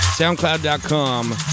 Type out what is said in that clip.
SoundCloud.com